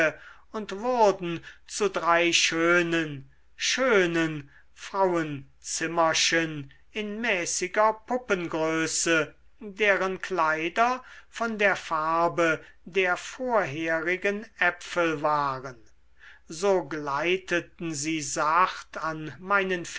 und wurden zu drei schönen schönen frauenzimmerchen in mäßiger puppengröße deren kleider von der farbe der vorherigen äpfel waren so gleiteten sie sacht an meinen